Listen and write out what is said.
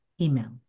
email